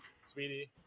Sweetie